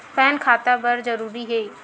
Pan खाता बर जरूरी हे?